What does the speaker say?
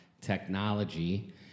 technology